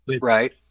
Right